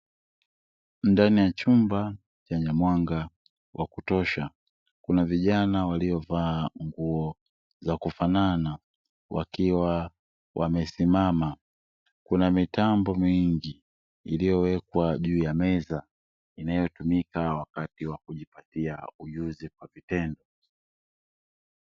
Ndani ya chumba chenye mwanga wa kutosha, kuna vijana waliovaa nguo za kufanana. Wakiwa wamesimama, kuna mitambo mingi iliyowekwa juu ya meza. Inayotumika wakati wa kujipatia ujuzi kwa vitendo.